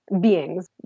beings